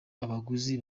abaguzi